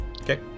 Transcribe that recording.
Okay